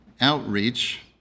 outreach